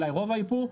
אולי רוב האיפור,